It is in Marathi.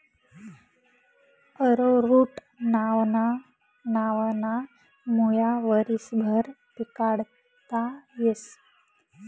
अरोरुट नावना मुया वरीसभर पिकाडता येस